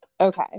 Okay